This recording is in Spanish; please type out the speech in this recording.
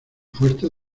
fuertes